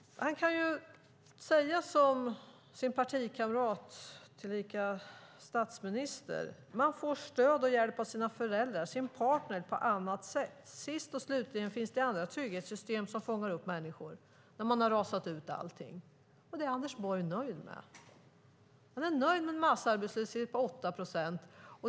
Anders Borg kan säga som sin partikamrat, tillika statsminister, att man får stöd och hjälp av sina föräldrar och sin partner på annat sätt. Sist och slutligen finns andra trygghetssystem som fångar upp människor när allt har rasat. Det är Anders Borg nöjd med. Han är nöjd med massarbetslöshet på 8 procent.